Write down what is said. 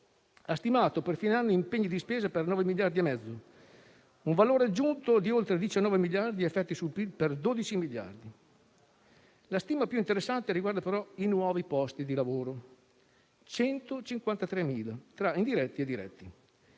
ha stimato, per fine anno, impegni di spesa per 9,5 miliardi, con un valore aggiunto di oltre 19 miliardi ed effetti sul PIL per 12 miliardi. La stima più interessante riguarda, però, i nuovi posti di lavoro: 153.000, tra indiretti e diretti.